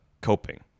coping